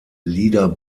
lieder